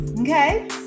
okay